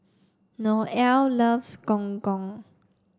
Noelle loves gong gong